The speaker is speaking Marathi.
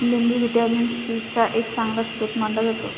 लिंबू व्हिटॅमिन सी चा एक चांगला स्रोत मानला जातो